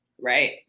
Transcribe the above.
Right